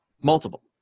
Multiple